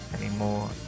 anymore